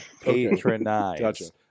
patronize